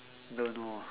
don't know ah